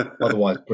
otherwise